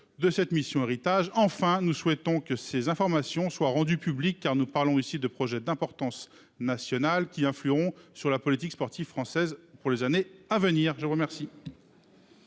De cette mission héritage enfin, nous souhaitons que ces informations soient rendus publics car nous parlons ici 2 projets d'importance nationale qui influeront sur la politique sportive française pour les années à venir. Je vous remercie.